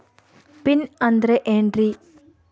Pin ಅಂದ್ರೆ ಏನ್ರಿ?